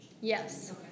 Yes